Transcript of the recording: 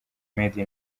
made